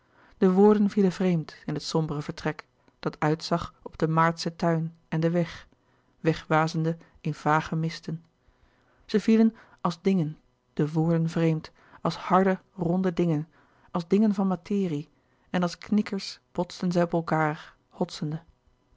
de woorden vielen vreemd in het sombere vertrek dat uitzag op den louis couperus de boeken der kleine zielen maartschen tuin en den weg wegwazende in vage misten zij vielen als dingen de woorden vreemd als harde ronde dingen als dingen van materie en als knikkers botsten zij op elkaâr hotsende